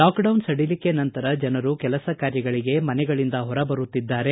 lockdown ಸಡಿಲಿಕೆ ನಂತರ ಜನರು ಕೆಲಸ ಕಾರ್ಯಗಳಿಗೆ ಮನೆಗಳಿಂದ ಹೊರಬರುತ್ತಿದ್ದಾರೆ